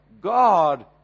God